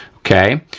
okay,